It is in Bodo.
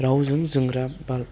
रावजों जोंग्रा बाल्ब